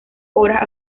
horas